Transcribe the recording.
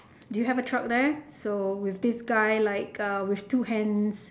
do you have a truck there so with this guy like uh with two hands